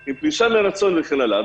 עם פרישה מרצון וכן הלאה.